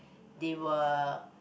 they were